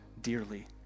dearly